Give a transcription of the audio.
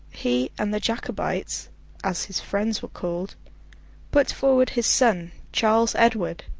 he and the jacobites as his friends were called put forward his son, charles edward,